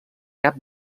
cap